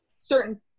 certain